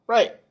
Right